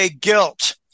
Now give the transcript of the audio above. guilt